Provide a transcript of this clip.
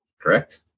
correct